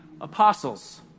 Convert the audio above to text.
apostles